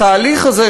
התהליך הזה,